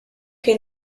che